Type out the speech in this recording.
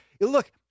look